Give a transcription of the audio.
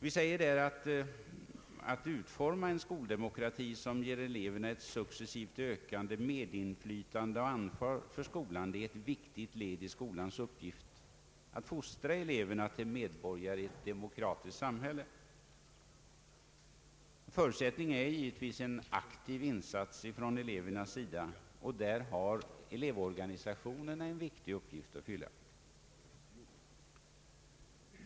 I motionen framhåller vi att utformandet av en skoldemokrati, som ger eleverna ett successivt ökat medinflytande i och ansvar för skolan, är ett viktigt led i skolans uppgift att fostra eleverna till medborgare i ett demokratiskt samhälle. Förutsättningen är givetvis en aktiv insats av eleverna, och där har elevorganisationerna en viktig uppgift att fylla.